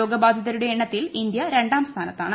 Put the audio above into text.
രോഗബാധിതരുടെ എണ്ണത്തിൽ ഇന്ത്യ രണ്ടാം സ്ഥാനത്താണ്